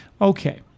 Okay